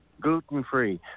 Gluten-free